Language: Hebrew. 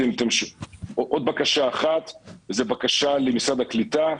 עוד בקשה אחת זה בקשה למשרד הקליטה.